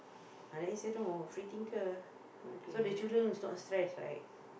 ah that is the free thinker so the children is not stressed right